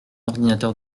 ordinateur